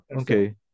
Okay